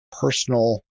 personal